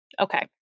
Okay